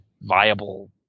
viable